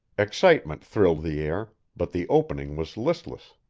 excitement thrilled the air, but the opening was listless.